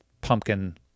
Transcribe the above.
pumpkin